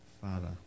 Father